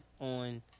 on